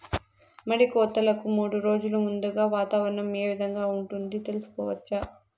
మడి కోతలకు మూడు రోజులు ముందుగా వాతావరణం ఏ విధంగా ఉంటుంది, తెలుసుకోవచ్చా?